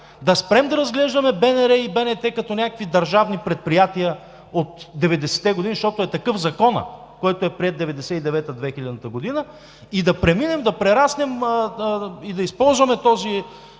да спрем да разглеждаме БНР и БНТ като някакви държавни предприятия от 90-те години, защото е такъв законът, който е приет 1999 – 2000 г., и да преминем, да прераснем, и да използваме този